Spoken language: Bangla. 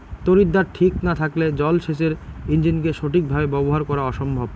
তড়িৎদ্বার ঠিক না থাকলে জল সেচের ইণ্জিনকে সঠিক ভাবে ব্যবহার করা অসম্ভব